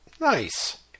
Nice